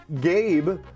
Gabe